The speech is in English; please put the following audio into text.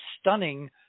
stunning